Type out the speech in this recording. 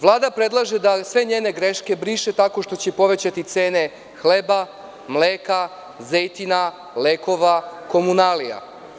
Vlada predlaže da sve njene greške briše tako što će povećati cene hleba, mleka, zejtina, lekova, komunalija.